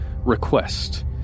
request